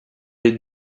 les